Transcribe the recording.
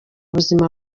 buzima